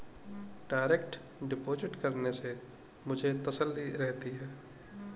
direct deposit करने से मुझे तसल्ली रहती है